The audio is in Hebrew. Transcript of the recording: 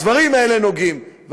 הדברים האלה נוגעים.